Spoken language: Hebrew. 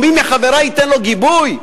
או מי מחברי ייתן לו גיבוי?